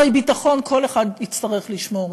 הרי ביטחון כל אחד יצטרך לשמור,